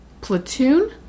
platoon